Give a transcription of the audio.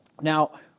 Now